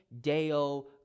deo